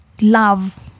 love